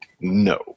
No